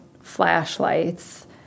flashlights